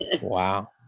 wow